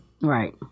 Right